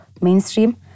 mainstream